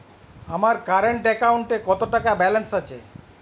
আমার কারেন্ট অ্যাকাউন্টে কত টাকা ব্যালেন্স আছে?